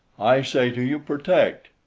i say to you, protect!